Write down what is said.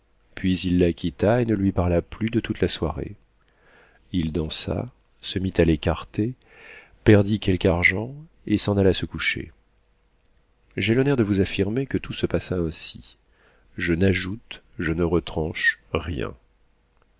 puis il la quitta et ne lui parla plus de toute la soirée il dansa se mit à l'écarté perdit quelque argent et s'en alla se coucher j'ai l'honneur de vous affirmer que tout se passa ainsi je n'ajoute je ne retranche rien